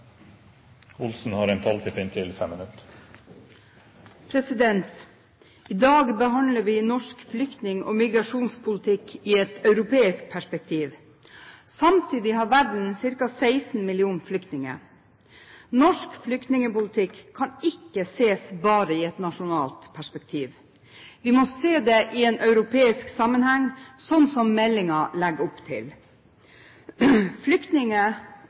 migrasjonspolitikk i et europeisk perspektiv. Samtidig har verden ca. 16 millioner flyktninger. Norsk flyktningpolitikk kan ikke ses bare i et nasjonalt perspektiv. Vi må se det i en europeisk sammenheng, slik meldingen legger opp til. Flyktninger